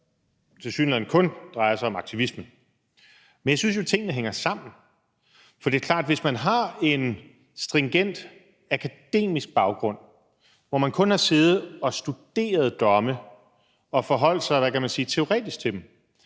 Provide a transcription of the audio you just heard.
tilsyneladende kun drejer sig om aktivismen. Men jeg synes jo, at tingene hænger sammen. For det er klart, at hvis man har en stringent akademisk baggrund, hvor man kun har siddet og studeret domme og forholdt sig – hvad kan man sige – teoretisk til dem,